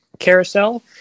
Carousel